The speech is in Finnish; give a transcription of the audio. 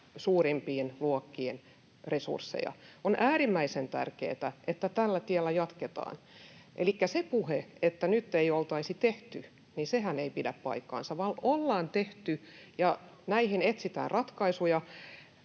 suurimpiin luokkiin resursseja. On äärimmäisen tärkeätä, että tällä tiellä jatketaan. Elikkä se puhe, että nyt ei oltaisi tehty, ei pidä paikkaansa, vaan ollaan tehty, ja näihin etsitään ratkaisuja.